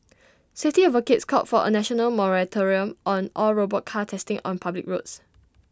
safety advocates called for A national moratorium on all robot car testing on public roads